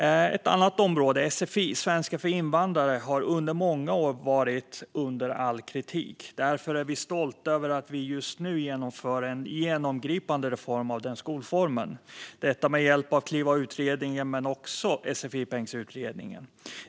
Svenska för invandrare, sfi, är ett område som under många har varit under all kritik. Därför är vi stolta över att vi just nu genomför en genomgripande reform av den skolformen, detta med hjälp av Kliva-utredningen men också Sfi-pengsutredningen.